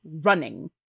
running